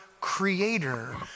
creator